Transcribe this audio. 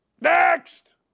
Next